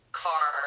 car